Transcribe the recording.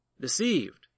deceived